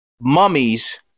mummies